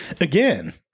again